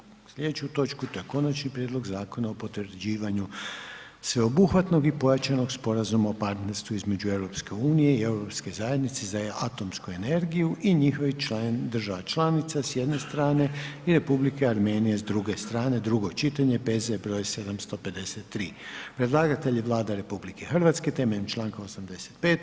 Prelazimo na slijedeću točku, to je: - Konačni prijedlog Zakona o potvrđivanju sveobuhvatnog i pojačanog Sporazuma o partnerstvu između Europske Unije i Europske zajednice za atomsku energiju i njihovih država članica, s jedne strane i Republike Armenije, s druge strane, drugo čitanje, P.Z. broj 753 Predlagatelj je Vlada RH temeljem Članka 85.